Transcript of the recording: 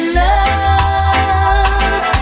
love